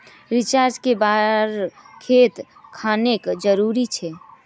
सिंचाई कै बार खेत खानोक जरुरी छै?